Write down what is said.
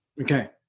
okay